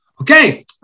Okay